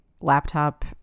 laptop